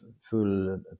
full